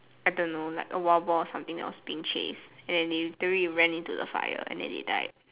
I don't know like a wild boar or something that was being chased and then they literally ran into the fire and then they died